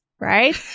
right